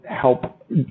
help